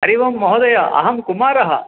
हरि ओम् महोदय अहं कुमारः